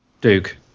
Duke